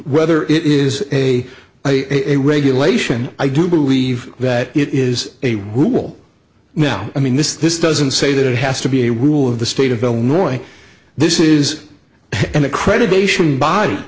whether it is a regulation i do believe that it is a rule now i mean this this doesn't say that it has to be a rule of the state of illinois this is an accreditation body